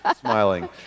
Smiling